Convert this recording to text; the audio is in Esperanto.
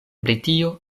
britio